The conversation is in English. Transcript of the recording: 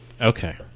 Okay